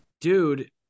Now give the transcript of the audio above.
dude